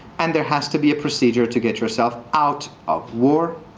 and there has to be a procedure to get yourself out of war.